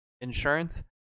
insurance